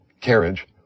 carriage